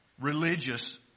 religious